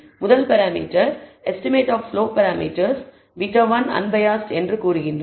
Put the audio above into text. முதல் parameter estimate of slope parameters β1 unbiased என்று கூறுகின்றன